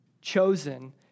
chosen